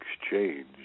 exchange